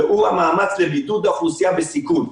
והוא המאמץ לבידוד האוכלוסייה בסיכון.